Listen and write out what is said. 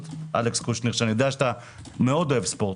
אלכס קושניר אני יודע שאתה מאוד אוהב ספורט,